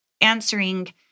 answering